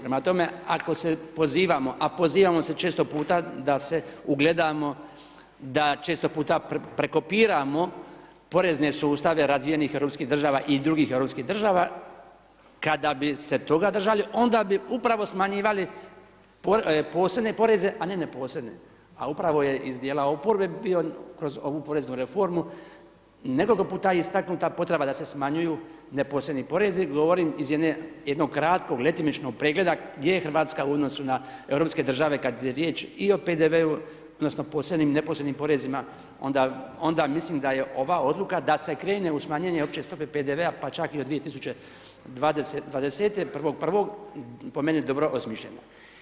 Prema tome ako se pozivamo, a pozivamo se često puta da se ugledamo da često puta prekopiramo porezne sustave razvijenih europskih država i drugih europskih država, kada bi se toga držali, onda bi upravo smanjivali posebne poreze a ne ne posebne a upravo je iz djela oporbe bio kroz ovu poreznu reformu, nekoliko puta istaknuta potreba da se smanjuju ne posebni porezi, govorim iz jednog kratkog, letimičnog pregleda gdje je Hrvatska u odnosu na europske države kad je riječ i o PDV-u odnosno posebnim, ne posebnim porezima, onda mislim da je ova odluka da se krene u smanjenje opće stope PDV-a pa čak i od 2020., 1.1., po meni dobro osmišljeno.